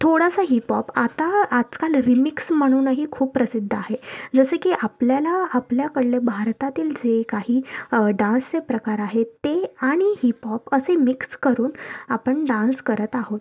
थोडासा हिपहॉप आत्ता आजकाल रिमिक्स म्हणूनही खूप प्रसिद्ध आहे जसे की आपल्याला आपल्याकडले भारतातील जे काही डान्सचे प्रकार आहेत ते आणि हिपहॉप असे मिक्स करून आपण डान्स करत आहोत